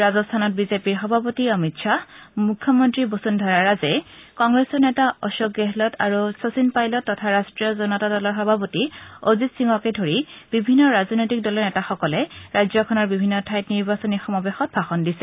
ৰাজস্থানত বিজেপিৰ সভাপতি অমিত খাহ মুখ্যমন্ত্ৰী বসুধৰা ৰাজে কংগ্ৰেছৰ নেতা অশোক গেহলট আৰু শচীন পাইলট তথা ৰাট্টীয় জনতা দলৰ সভাপতি অজিত সিঙকে ধৰি বিভিন্ন ৰাজনৈতিক দলৰ নেতাসকলে ৰাজ্যখনৰ বিভিন্ন ঠাইত নিৰ্বাচনী ৰেলীত ভাষণ দিছে